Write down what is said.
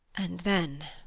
and then